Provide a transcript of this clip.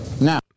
Now